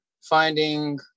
finding